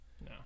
No